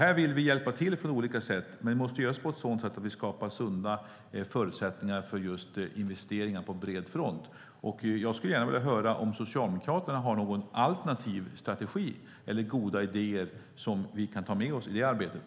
Vi vill hjälpa till på olika sätt, men det måste göras på ett sådant sätt att vi skapar sunda förutsättningar för investeringar på bred front. Jag skulle vilja höra om Socialdemokraterna har någon alternativ strategi eller några goda idéer som vi kan ta med oss i det arbetet.